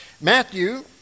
Matthew